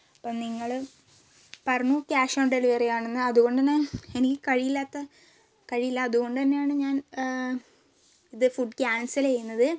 ഇപ്പം നിങ്ങൾ പറഞ്ഞു ക്യാഷ് ഓൺ ഡെലിവറി ആണെന്ന് അതുകൊണ്ടുതന്നെ എനിക്ക് കഴിയാത്ത കഴിയില്ല അതുകൊണ്ടു തന്നെയാണ് ഞാൻ ഇത് ഫുഡ് ക്യാൻസല് ചെയ്യുന്നത്